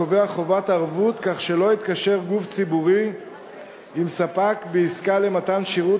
הקובע חובת ערבות כך שלא יתקשר גוף ציבורי עם ספק בעסקה למתן שירות